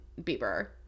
Bieber